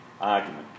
argument